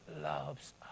loves